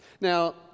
Now